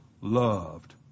loved